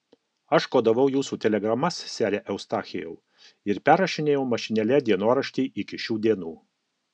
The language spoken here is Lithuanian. aš kodavau jūsų telegramas sere eustachijau ir perrašinėjau mašinėle dienoraštį iki šių dienų